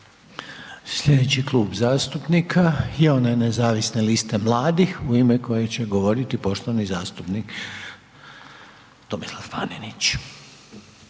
Slijedeći Klub zastupnika je onaj Nezavisne liste mladih u ime koje će govoriti poštovani zastupnik Tomislav Panenić.